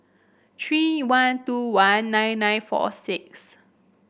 three one two one nine nine four six